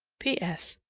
p s.